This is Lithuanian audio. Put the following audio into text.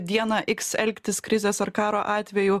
dieną iks elgtis krizės ar karo atveju